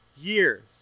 years